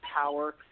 power